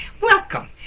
Welcome